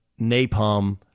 napalm